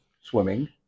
swimming